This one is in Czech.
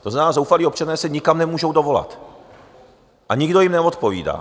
To znamená, zoufalí občané se nikam nemůžou dovolat a nikdo jim neodpovídá.